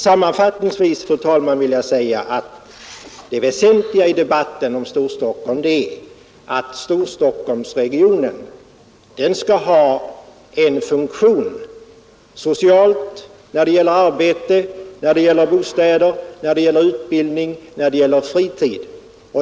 Sammanfattningsvis, fru talman, vill jag säga att det väsentliga i debatten om Storstockholm är att Storstockholmsregionen skall ha en social funktion när det gäller arbete, när det gäller bostäder, när det gäller utbildning och när det gäller fritid.